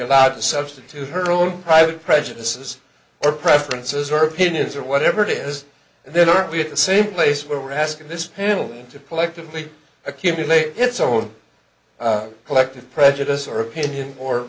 allowed to substitute her own private prejudices or preferences or opinions or whatever it is then are we at the same place where we're asking this panel to collectively accumulate its own collective prejudice or opinion or